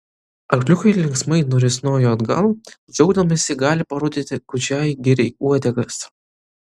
arkliukai linksmai nurisnojo atgal džiaugdamiesi galį parodyti gūdžiajai giriai uodegas